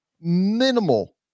Minimal